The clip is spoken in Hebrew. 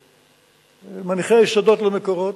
ממניחי היסודות ל"מקורות",